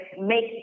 make